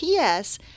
PS